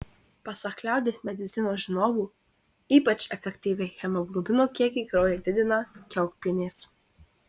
pasak liaudies medicinos žinovų ypač efektyviai hemoglobino kiekį kraujyje didina kiaulpienės